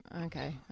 Okay